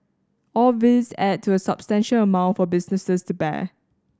all these add to a substantial amount for businesses to bear